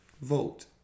vote